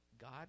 God